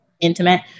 intimate